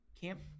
camp